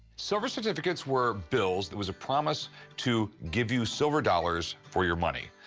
silver certificates were bills that was a promise to give you silver dollars for your money.